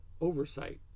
oversight